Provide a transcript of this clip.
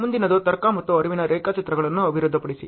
ಮುಂದಿನದು ತರ್ಕ ಮತ್ತು ಹರಿವಿನ ರೇಖಾಚಿತ್ರಗಳನ್ನು ಅಭಿವೃದ್ಧಿಪಡಿಸಿ